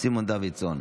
סימון דוידסון.